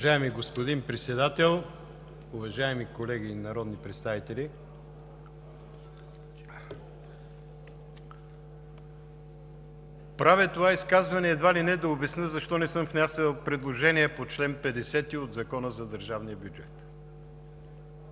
Уважаеми господин Председател, уважаеми колеги народни представители! Правя това изказване едва ли не да обясня защо не съм внесъл предложение по чл. 50 от Закона за държавния бюджет.